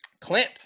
Clint